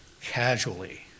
casually